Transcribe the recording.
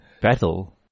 battle